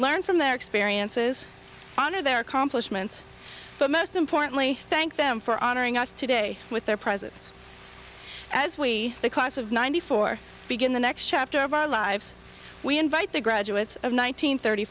learn from their experiences honor their accomplishments but most importantly thank them for honoring us today with their presence as we the class of ninety four begin the next chapter of our lives we invite the graduates of one nine hundred thirty